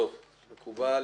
מקובל.